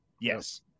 Yes